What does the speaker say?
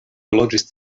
loĝis